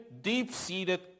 deep-seated